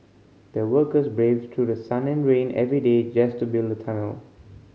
the workers braved through the sun rain every day just to build the tunnel